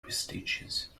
prestigious